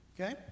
Okay